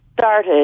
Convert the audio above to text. started